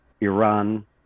Iran